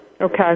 Okay